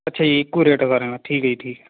ਅੱਛਾ ਜੀ ਇੱਕੋ ਰੇਟ ਹੈ ਸਾਰਿਆਂ ਦਾ ਠੀਕ ਹੈ ਜੀ ਠੀਕ